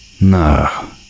No